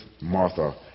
Martha